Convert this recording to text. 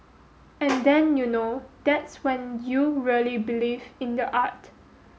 and then you know that's when you really believe in the art